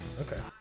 Okay